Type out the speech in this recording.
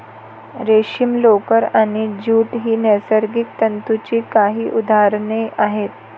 रेशीम, लोकर आणि ज्यूट ही नैसर्गिक तंतूंची काही उदाहरणे आहेत